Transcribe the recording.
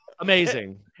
amazing